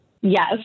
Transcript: Yes